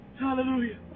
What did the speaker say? Hallelujah